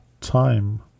time